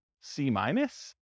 C-minus